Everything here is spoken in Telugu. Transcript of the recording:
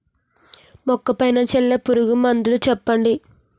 మొక్క పైన చల్లే పురుగు మందులు చెప్పండి?